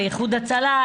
לאיחוד הצלה,